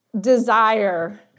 Desire